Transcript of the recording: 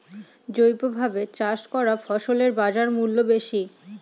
জৈবভাবে চাষ করা ফসলের বাজারমূল্য বেশি